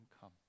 come